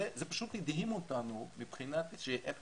זה פשוט הדהים אותנו מבחינת איך